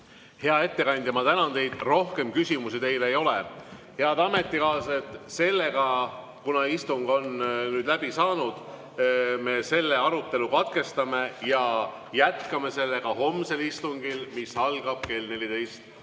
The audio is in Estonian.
Hea ettekandja, ma tänan teid! Rohkem küsimusi teile ei ole. Head ametikaaslased! Kuna istung on läbi saanud, siis me selle arutelu katkestame ja jätkame seda homsel istungil, mis algab kell 14.